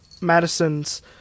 madison's